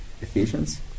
Ephesians